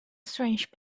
strange